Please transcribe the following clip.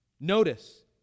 Notice